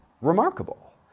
remarkable